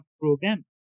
program